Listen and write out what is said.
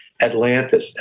Atlantis